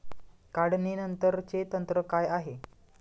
काढणीनंतरचे तंत्र काय आहे?